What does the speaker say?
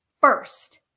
first